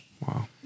Wow